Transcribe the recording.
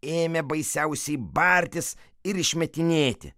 ėmė baisiausiai bartis ir išmetinėti